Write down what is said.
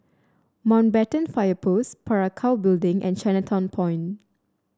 Mountbatten Fire Post Parakou Building and Chinatown Point